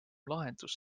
lahendus